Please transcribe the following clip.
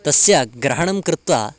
तस्य ग्रहणं कृत्वा